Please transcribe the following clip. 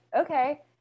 okay